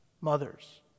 mothers